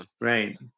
right